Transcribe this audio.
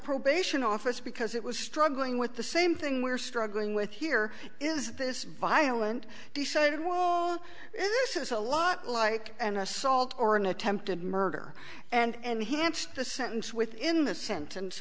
probation officer because it was struggling with the same thing we're struggling with here is this violent decided wall this is a lot like an assault or an attempted murder and hence the sentence within the sent